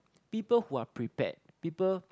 people who are prepared people